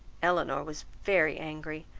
elinor was very angry,